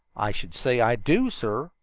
i should say i do, sir,